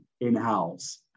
in-house